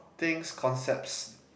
things concepts